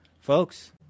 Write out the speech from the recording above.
Folks